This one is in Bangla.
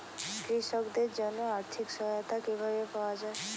কৃষকদের জন্য আর্থিক সহায়তা কিভাবে পাওয়া য়ায়?